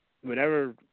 Whenever